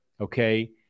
okay